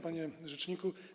Panie Rzeczniku!